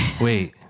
wait